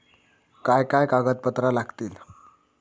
काय काय कागदपत्रा लागतील?